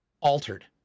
altered